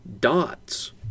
Dots